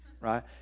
Right